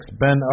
Ben